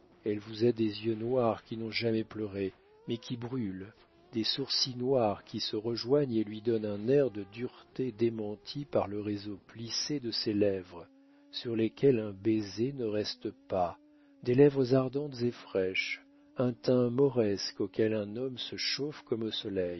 elle vous a des yeux noirs qui n'ont jamais pleuré mais qui brûlent des sourcils noirs qui se rejoignent et lui donnent un air de dureté démentie par le réseau plissé de ses lèvres sur lesquelles un baiser ne reste pas des lèvres ardentes et fraîches un teint mauresque auquel un homme se chauffe comme au soleil